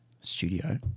studio